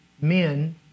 men